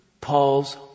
Paul's